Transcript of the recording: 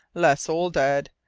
la soledad,